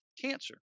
cancer